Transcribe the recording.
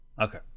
Okay